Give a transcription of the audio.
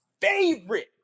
favorite